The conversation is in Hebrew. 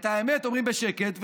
את האמת אומרים בשקט,